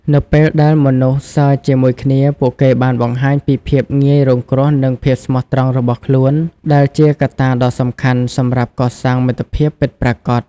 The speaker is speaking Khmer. នៅពេលដែលមនុស្សសើចជាមួយគ្នា ពួកគេបានបង្ហាញពីភាពងាយរងគ្រោះនិងភាពស្មោះត្រង់របស់ខ្លួន ដែលជាកត្តាដ៏សំខាន់សម្រាប់កសាងមិត្តភាពពិតប្រាកដ។